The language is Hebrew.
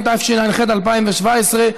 התשע"ח 2017,